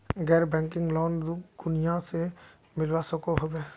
गैर banking loan कुनियाँ से मिलवा सकोहो होबे?